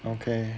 okay